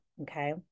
okay